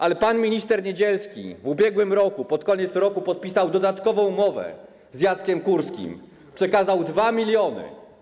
Ale pan minister Niedzielski w ubiegłym roku, pod koniec roku, podpisał dodatkową umowę z Jackiem Kurskim, przekazał 2 mln.